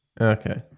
Okay